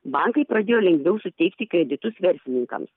bankai pradėjo lengviau suteikti kreditus verslininkam